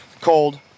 cold